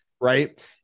Right